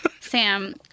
Sam